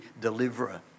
deliverer